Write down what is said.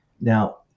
Now